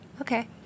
okay